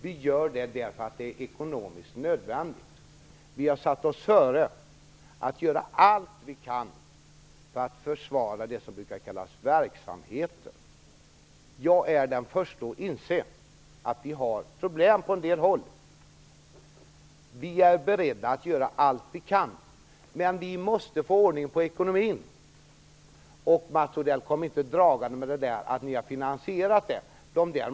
Vi gör det därför att det är ekonomiskt nödvändigt. Vi har föresatt oss att göra allt vi kan för att försvara det som brukar kallas för verksamheten. Jag är den förste att inse att det finns problem på en del håll. Vi är beredda att göra allt vi kan, men vi måste få ordning på ekonomin. Mats Odell, kom inte dragande med att ni har en finansiering!